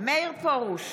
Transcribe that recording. מאיר פרוש,